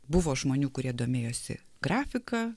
buvo žmonių kurie domėjosi grafika